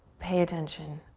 pay attention.